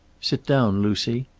sit down, lucy.